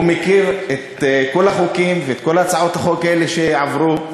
הוא מכיר את כל החוקים ואת כל הצעות החוק האלה שעברו.